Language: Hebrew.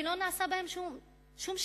ולא נעשה בהן שום שימוש?